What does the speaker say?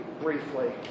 briefly